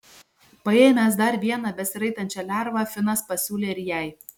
paėmęs dar vieną besiraitančią lervą finas pasiūlė ir jai